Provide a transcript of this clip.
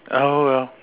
oh well